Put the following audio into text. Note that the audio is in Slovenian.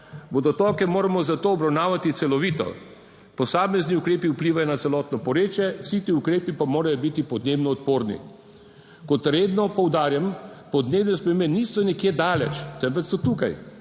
Vodotoke moramo zato obravnavati celovito, posamezni ukrepi vplivajo na celotno porečje, vsi ti ukrepi pa morajo biti podnebno odporni. Kot redno poudarjam, podnebne spremembe niso nekje daleč, temveč so tukaj,